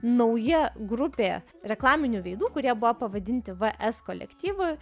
nauja grupė reklaminių veidų kurie buvo pavadinti vs kolektyvu